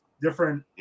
different